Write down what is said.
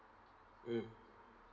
mm